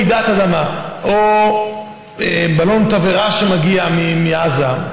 רעידת אדמה או בלון תבערה שמגיע מעזה,